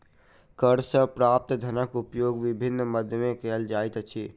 कर सॅ प्राप्त धनक उपयोग विभिन्न मद मे कयल जाइत अछि